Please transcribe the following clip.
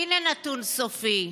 הינה נתון סופי: